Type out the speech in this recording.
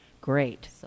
Great